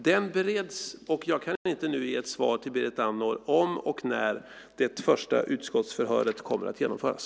Den bereds, och jag kan inte nu ge ett svar till Berit Andnor om och när det första utskottsförhöret kommer att genomföras.